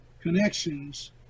connections